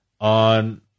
on